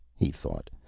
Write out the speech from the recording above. he thought,